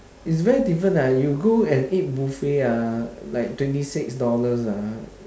is very different lah you go and eat buffet ah like twenty six dollars ah